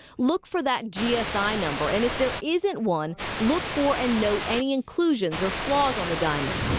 look for that gsi number and if there isn't one, look for and noted any inclusions or flaws on the diamond.